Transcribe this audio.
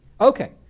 Okay